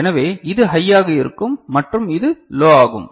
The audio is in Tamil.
எனவே இது ஹையாக இருக்கும் மற்றும் இது லோ ஆகும்